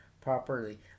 properly